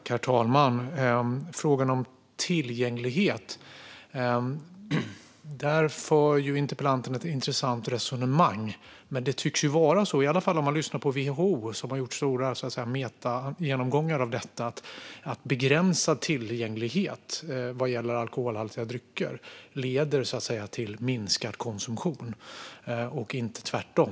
Herr talman! När det gäller tillgänglighet för interpellanten ett intressant resonemang. Men enligt i alla fall WHO, som har gjort stora metagenomgångar av detta, tycks begränsad tillgänglighet vad gäller alkoholhaltiga drycker leda till minskad konsumtion och inte tvärtom.